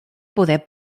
poder